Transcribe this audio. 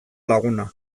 laguna